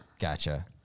gotcha